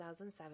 2007